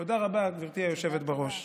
תודה רבה, גברתי היושבת בראש.